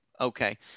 okay